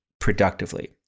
productively